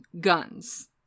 guns